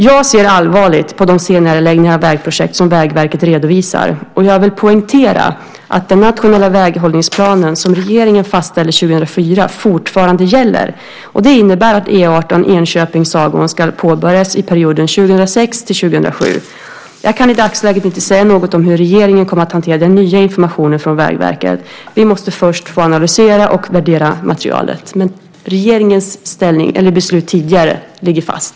Jag ser allvarligt på de senareläggningar av vägprojekt som Vägverket redovisar. Jag vill poängtera att den nationella väghållningsplan som regeringen fastställde 2004 fortfarande gäller. Det innebär att E 18 Enköping-Sagån ska påbörjas i perioden 2006-2007. Jag kan i dagsläget inte säga något om hur regeringen kommer att hantera den nya informationen från Vägverket. Vi måste först få analysera och värdera materialet. Men regeringens tidigare beslut ligger fast.